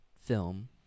film